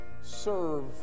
serve